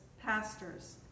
pastors